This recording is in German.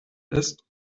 ist